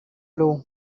law